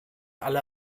alle